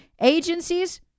agencies